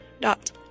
dot